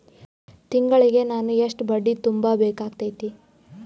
ತಿಂಗಳಿಗೆ ನಾನು ಎಷ್ಟ ಬಡ್ಡಿ ತುಂಬಾ ಬೇಕಾಗತೈತಿ?